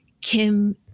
Kim